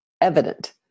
evident